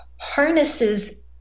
harnesses